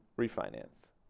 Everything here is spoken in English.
refinance